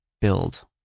build